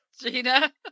Gina